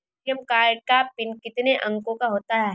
ATM card का PIN कितने अंकों का होता है?